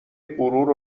غرور